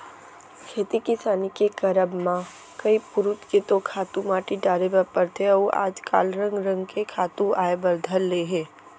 खेती किसानी के करब म कई पुरूत के तो खातू माटी डारे बर परथे अउ आज काल रंग रंग के खातू आय बर धर ले हे